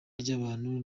ry’abantu